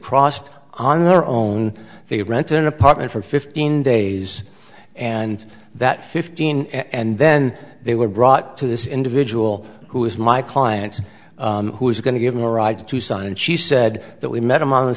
crossed on their own they had rented an apartment for fifteen days and that fifteen and then they were brought to this individual who is my client who's going to give me a ride to sign and she said that we met him on the